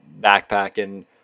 backpacking